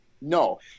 No